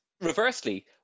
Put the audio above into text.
reversely